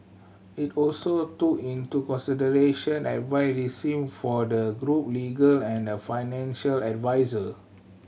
it also took into consideration advice received for the group legal and financial adviser